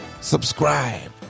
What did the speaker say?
subscribe